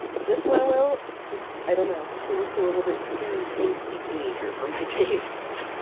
this winnowill? just i don't know, she looks a little bit too angsty teenager for my tastes,